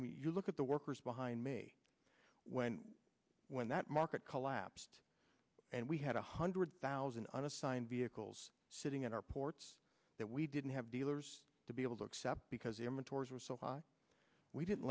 and you look at the workers behind me when when that market collapsed and we had one hundred thousand unassigned vehicles sitting in our ports that we didn't have dealers to be able to accept because their mentors were so high we didn't